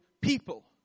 people